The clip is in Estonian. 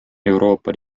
euroopa